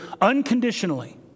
unconditionally